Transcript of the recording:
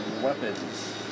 weapons